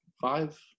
five